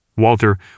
Walter